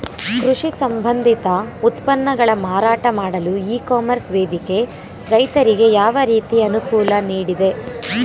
ಕೃಷಿ ಸಂಬಂಧಿತ ಉತ್ಪನ್ನಗಳ ಮಾರಾಟ ಮಾಡಲು ಇ ಕಾಮರ್ಸ್ ವೇದಿಕೆ ರೈತರಿಗೆ ಯಾವ ರೀತಿ ಅನುಕೂಲ ನೀಡಿದೆ?